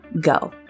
go